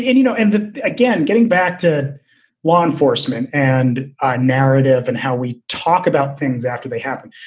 and you know, and again, getting back to law enforcement and ah narrative and how we talk about things after they happen,